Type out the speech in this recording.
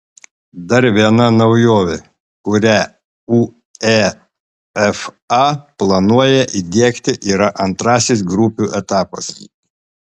dar viena naujovė kurią uefa planuoja įdiegti yra antrasis grupių etapas